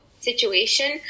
situation